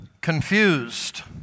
confused